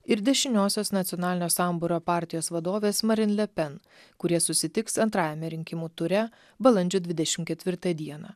ir dešiniosios nacionalinio sambūrio partijos vadovės marin lepen kurie susitiks antrajame rinkimų ture balandžio dvidešim ketvirtą dieną